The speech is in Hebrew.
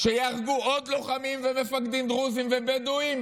שייהרגו עוד לוחמים ומפקדים דרוזים ובדואים?